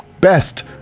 best